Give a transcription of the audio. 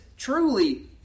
truly